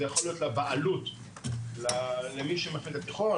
זה יכול להיות לבעלות למי שמפעיל את תיכון,